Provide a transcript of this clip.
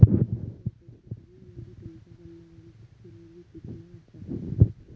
सरळ पैशे काढणा म्हणजे तुमच्याकडना बँकेक केलली सूचना आसा